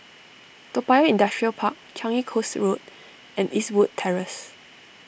Toa Payoh Industrial Park Changi Coast Road and Eastwood Terrace